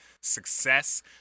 success